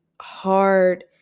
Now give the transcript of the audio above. hard